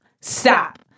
stop